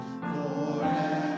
forever